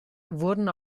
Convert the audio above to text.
wurden